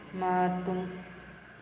ꯃꯇꯨꯝ